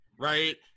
right